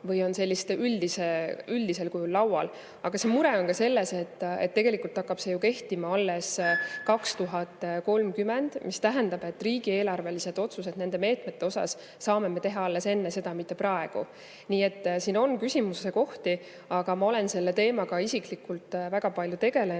või on väga üldisel kujul laual. Aga mure on ka selles, et tegelikult hakkab see kehtima alles 2030, mis tähendab, et riigieelarvelised otsused nende meetmete kohta me saame teha alles enne seda, mitte praegu. Nii et siin on küsimuse kohti, aga ma olen selle teemaga isiklikult väga palju tegelenud,